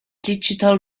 digital